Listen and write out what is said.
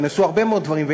ונעשו הרבה מאוד דברים,